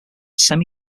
semi